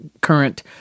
current